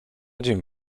dzień